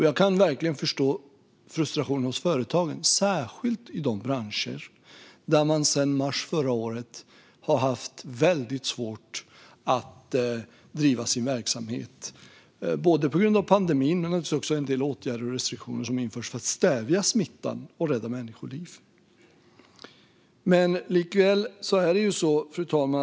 Jag kan verkligen förstå frustrationen hos företagen, särskilt i de branscher som sedan mars förra året har haft väldigt svårt att driva sina verksamheter, både på grund av pandemin och på grund av en del åtgärder och restriktioner som har införts för att stävja smittan och rädda människoliv. Fru talman!